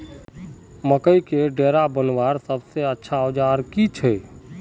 मकईर डेरा बनवार सबसे अच्छा औजार की छे?